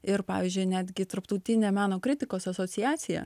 ir pavyzdžiui netgi tarptautinė meno kritikos asociacija